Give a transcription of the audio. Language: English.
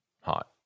hot